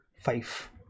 five